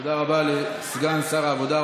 תודה רבה לסגן שר העבודה,